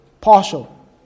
Partial